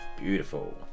beautiful